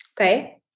Okay